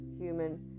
human